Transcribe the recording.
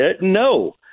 No